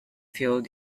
filled